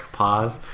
pause